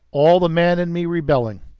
all the man in me rebelling.